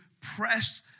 press